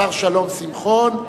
השר שלום שמחון.